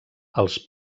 els